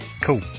Cool